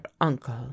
uncle